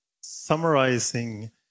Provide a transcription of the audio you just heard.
summarizing